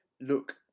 look